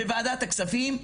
בוועדת הכספים,